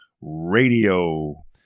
Radio